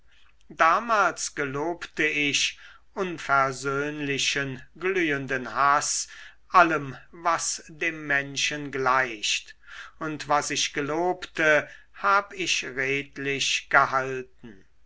damals gelobte ich unversöhnlichen glühenden haß allem was dem menschen gleicht und was ich gelobte hab ich redlich gehalten